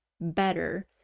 better